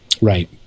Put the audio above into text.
Right